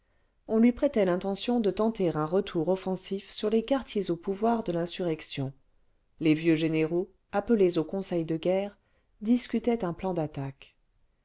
on lui prêtait l'intention de tenter un retour offensif sur les quartiers au pouvoir de l'insurrection les vieux généraux appelés au conseil de guerre discutaient un plan d'attaque